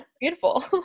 beautiful